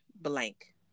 blank